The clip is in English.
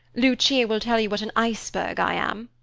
lucia will tell you what an iceberg i am.